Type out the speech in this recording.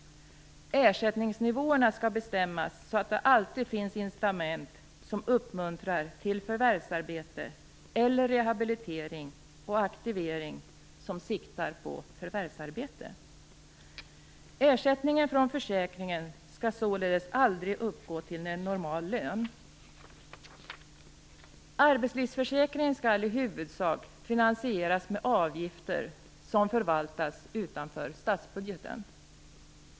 Ersättningsnivåerna skall bestämmas så att det alltid finns incitament som uppmuntrar till förvärvsarbete eller rehabilitering och aktivering som siktar på förvärvsarbete. Ersättningen från försäkringen skall således aldrig uppgå till en normal lön. Arbetslivsförsäkringen skall i huvudsak finansieras med avgifter som förvaltas utanför statsbudgeten.